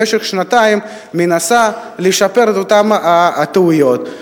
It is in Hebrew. במשך שנתיים מנסה לשפר את אותן הטעויות.